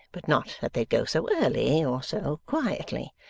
but not that they'd go so early, or so quietly.